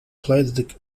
played